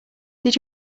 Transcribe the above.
did